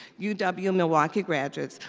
uw ah but uw milwaukee graduates,